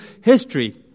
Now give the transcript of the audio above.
history